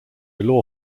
law